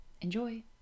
Enjoy